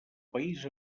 país